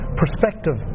perspective